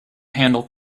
handle